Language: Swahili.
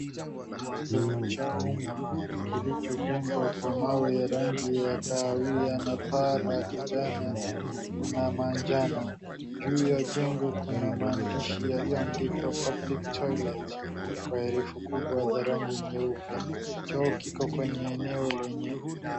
Choo cha umma kilichojengwa kwa mawe ya rangi ya kahawia na paa la kijani na majano. Juu ya jengo kun maandishi yaliyoandikwa public toilet kwa herufi kubwa za rangi nyeupe. Choo kiko kwenye eneo lenye.